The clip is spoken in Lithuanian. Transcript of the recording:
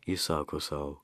įsako sau